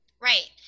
Right